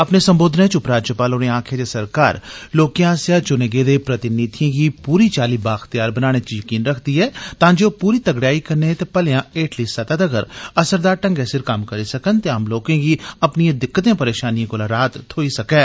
अपने संबोधनै च उपराज्यपाल होरें आक्खेआ जे सरकार लोकें आस्सेआ ताले गेदे प्रतिनिधिएं गी पूरी चाली बाइख्तयार बनाने च यकीन रखदी ऐ तां जे पूरी तगड़ेयाई कन्नै भलेयां हेठली तगर असरदार ढंगै सिर कम्म करी सकन ते आम लोकें गी अपनिए दिक्कतें परेशानिएं कोला राहत थ्होई सकै